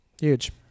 Huge